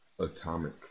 Atomic